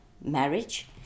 marriage